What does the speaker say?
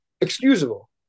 excusable